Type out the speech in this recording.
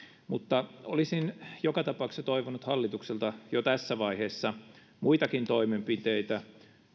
mutta olisin joka tapauksessa toivonut hallitukselta jo tässä vaiheessa muitakin toimenpiteitä